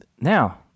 now